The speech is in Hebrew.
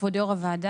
כבוד יו"ר הוועדה,